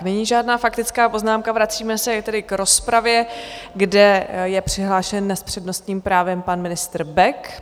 Není žádná faktická poznámka, vracíme se tedy k rozpravě, kde je přihlášen s přednostním právem pan ministr Bek.